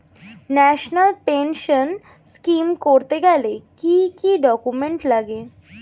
National pension scheme করতে গেলে কি কি ডকুমেন্ট লাগে?